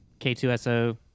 K2SO